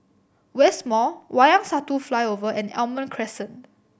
West Mall Wayang Satu Flyover and Almond Crescent